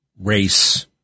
race